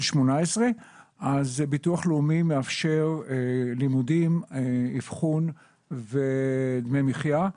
ביטוח לאומי מאפשר לימודים, אבחון ודמי מחיה.